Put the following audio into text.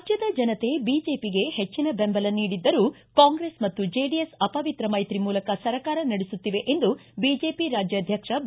ರಾಜ್ಞದ ಜನತೆ ಬಿಜೆಖಗೆ ಹೆಚ್ಚಿನ ಬೆಂಬಲ ನೀಡಿದ್ದರೂ ಕಾಂಗ್ರೆಸ್ ಮತ್ತು ಜೆಡಿಎಸ್ ಅಪವಿತ್ರ ಮೈತ್ರಿ ಮೂಲಕ ಸರ್ಕಾರ ನಡೆಸುತ್ತಿವೆ ಎಂದು ಬಿಜೆಪಿ ರಾಜ್ಯಾಧ್ಯಕ್ಷ ಬಿ